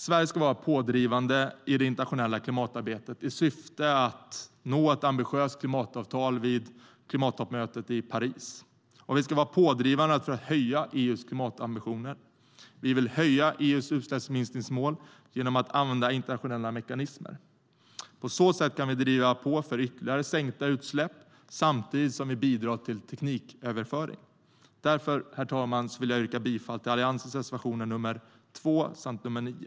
Sverige ska vara pådrivande i det internationella klimatarbetet i syfte att nå ett ambitiöst klimatavtal vid klimattoppmötet i Paris, och vi ska vara pådrivande för att höja EU:s klimatambitioner. Vi vill höja EU:s utsläppsminskningsmål genom att använda internationella mekanismer. På så sätt kan vi driva på för ytterligare sänkta utsläpp samtidigt som vi bidrar till tekniköverföring. Därför vill jag yrka bifall till Alliansens reservationer nr 2 och 9.